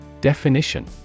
Definition